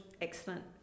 excellent